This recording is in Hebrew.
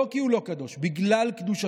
לא כי הוא לא קדוש, בגלל קדושתו,